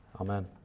Amen